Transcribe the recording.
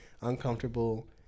uncomfortable